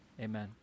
amen